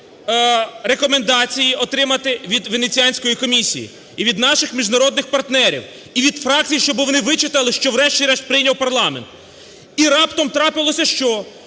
рекомендації отримати від Венеціанської комісії і від наших міжнародних партнерів, і від фракцій, щоб вони вичитали, що врешті-решт прийняв парламент. І раптом трапилося що?